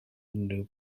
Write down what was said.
unrhyw